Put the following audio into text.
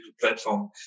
platform